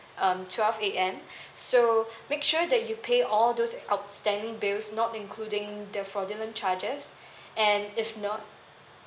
um twelve A_M so make sure that you pay all those outstanding bills not including the fraudulent charges and if not